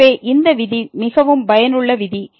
எனவே இந்த விதி மிகவும் பயனுள்ள விதி